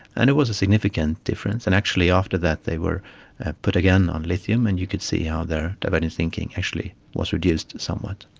and it was a significant difference. and actually after that they were put again on lithium and you could see how their divergent thinking actually was reduced somewhat.